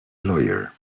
lawyer